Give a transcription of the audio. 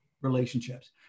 relationships